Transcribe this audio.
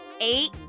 eight